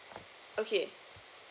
okay